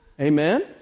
Amen